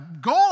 goal